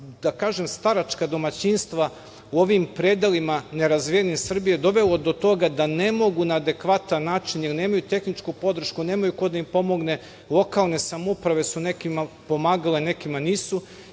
da kažem staračka domaćinstva u ovim nerazvijenim predelima Srbije dovelo do toga da ne mogu na adekvatan način, jer nemaju tehničku podršku, nemaju ko da im pomogne, lokalne samouprave su nekim pomagale, a nekima nisu